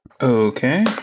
Okay